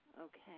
okay